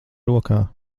rokā